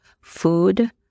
food